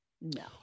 no